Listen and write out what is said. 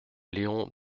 léon